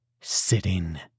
Sitting